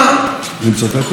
אני מצטט את עצמי,